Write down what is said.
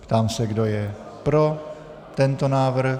Ptám se, kdo je pro tento návrh.